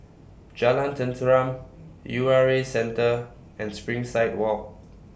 Jalan Tenteram U R A Centre and Springside Walk